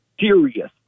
serious